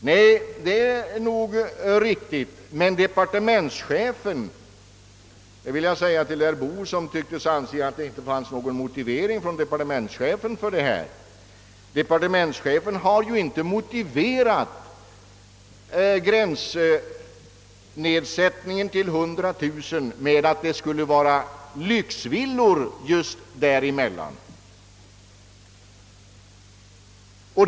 Det är nog riktigt, men departementschefen — det vill jag säga till herr Boo som tycks anse att det inte givits någon motivering från departementschefen för detta — har ju inte motiverat gränsnedsättningen till 100 000 kronor med att det just skulle vara lyxvillor inom denna grupp.